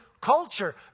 culture